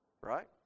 Right